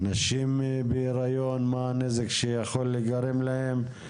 מה הנזק שיכול להיגרם לנשים בהיריון.